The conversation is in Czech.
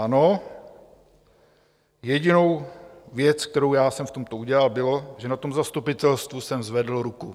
Ano, jedinou věc, kterou jsem já v tomto udělal, bylo, že na tom zastupitelstvu jsem zvedl ruku.